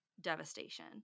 devastation